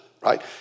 right